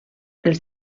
els